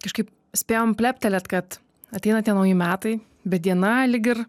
kažkaip spėjom pleptelėt kad ateina tie nauji metai bet diena lyg ir